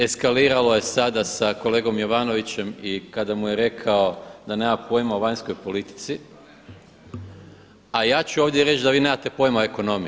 Eskaliralo je sada sa kolegom Jovanovićem kada mu je rekao da nema pojma o vanjskoj politici, a ja ću ovdje reći da vi nemate pojma o ekonomiji.